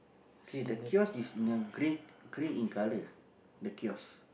okay the kiosk is in a grey grey in colour the kiosk